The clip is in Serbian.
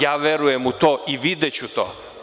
Ja verujem u to i videću to.